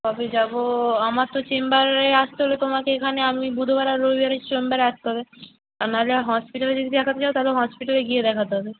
কবে যাবো আমার তো চেম্বারে আসতে হলে তোমাকে এখানে আমি বুধবার আর রবিবারে চেম্বারে আসতে হবে আর নাহলে হসপিটালে যদি দেখাতে চাও তাহলে হসপিটালে গিয়ে দেখাতে হবে